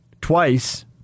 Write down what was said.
twice